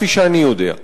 כפי שאני יודע.